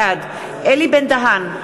בעד אלי בן-דהן,